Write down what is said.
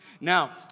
Now